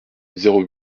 zéro